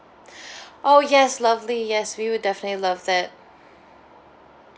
oh yes lovely yes we would definitely love that